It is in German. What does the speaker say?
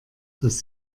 dass